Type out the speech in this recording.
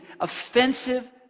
offensive